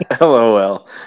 LOL